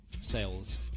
sales